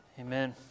Amen